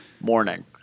morning